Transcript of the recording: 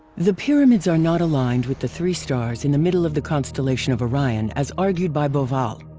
the pyramids are not aligned with the three stars in the middle of the constellation of orion as argued by bauval.